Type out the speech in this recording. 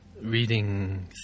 reading